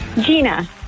Gina